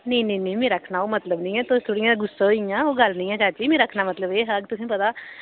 नेईं नेईं नेईं मेरा आखना ओह् मतलब निं ऐ तुस थोह्ड़ियां गुस्सा होई गेइयां ओह् गल्ल निं ऐ चाची मेरा आखने दा मतलब एह् हा कि तुसेंई पता